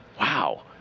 Wow